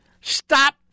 stop